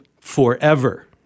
forever